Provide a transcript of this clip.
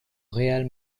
real